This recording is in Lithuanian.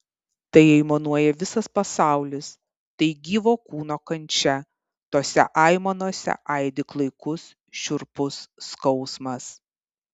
tai aimanuoja visas pasaulis tai gyvo kūno kančia tose aimanose aidi klaikus šiurpus skausmas